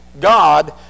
God